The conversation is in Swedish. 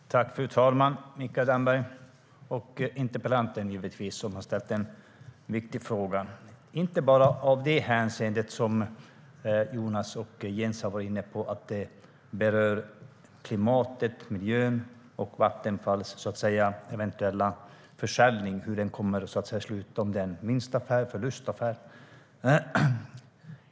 Fru talman! Jag vill tacka Mikael Damberg och givetvis interpellanten som har ställt en viktig fråga. Den är viktig bland annat för att den berör klimatet, miljön och hur Vattenfalls eventuella försäljning kommer att sluta - som vinstaffär eller förlustaffär.